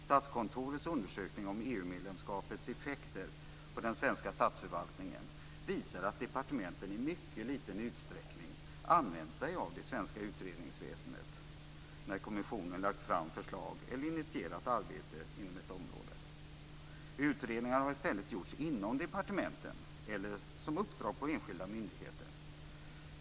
Statskontorets undersökning om EU-medlemskapets effekter på den svenska statsförvaltningen visar att departementen i mycket liten utsträckning använt sig av det svenska utredningsväsendet när kommissionen lagt fram förslag eller initierat arbete inom ett område. Utredningar har i stället gjorts inom departementen eller som uppdrag på enskilda myndigheter.